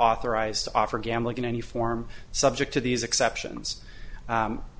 authorized to offer gambling in any form subject to these exceptions